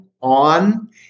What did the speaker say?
on